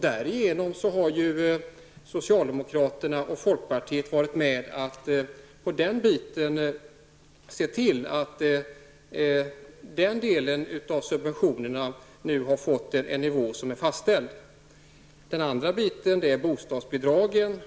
Därigenom har socialdemokraterna och folkpartiet varit med om att se till att nivån på den delen av subventionerna har fastställts. Den andra delen är bostadsbidragen.